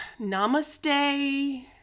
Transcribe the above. Namaste